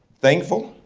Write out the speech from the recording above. thankful,